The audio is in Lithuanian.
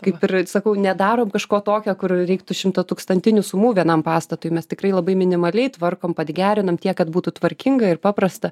kaip ir sakau nedarom kažko tokio kur reiktų šimtatūkstantinių sumų vienam pastatui mes tikrai labai minimaliai tvarkom padgerinome tiek kad būtų tvarkinga ir paprasta